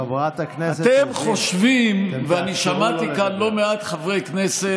אבל זהו, לא עוד.